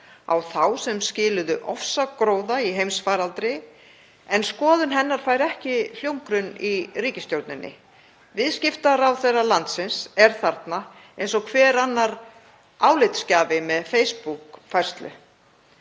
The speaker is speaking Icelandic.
á þá sem skiluðu ofsagróða í heimsfaraldri en skoðun hennar fær ekki hljómgrunn í ríkisstjórninni. Viðskiptaráðherra landsins er þarna eins og hver annar álitsgjafi með Facebook-færslu.